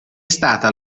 stata